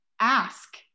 ask